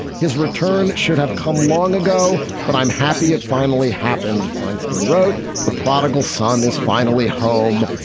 his return should have come long ago, but i'm happy it finally happened. feinstein wrote the prodigal son is finally home.